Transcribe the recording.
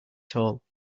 tall